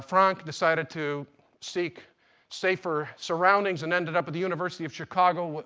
franck decided to seek safer surroundings and ended up at the university of chicago,